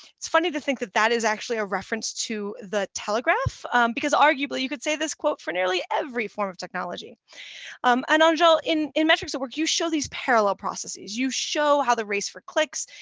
it's funny to think that that is actually a reference to the telegraph because arguably you could say this quote for nearly every form of technology and angele in in metrics at work, america, you show these parallel processes, you show how the race for clicks,